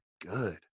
good